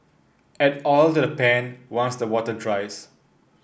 add oil to the pan once the water dries